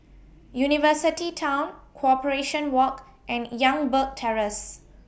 University Town Corporation Walk and Youngberg Terrace